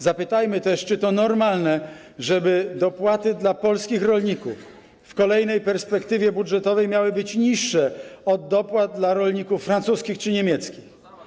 Zapytajmy też, czy to normalne, żeby dopłaty dla polskich rolników w kolejnej perspektywie budżetowej miały być niższe od dopłat dla rolników francuskich czy niemieckich.